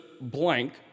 blank